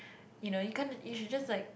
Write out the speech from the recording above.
you know you can't you should just like